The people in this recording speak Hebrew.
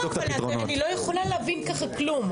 לא, אבל אני לא יכולה להבין ככה כלום.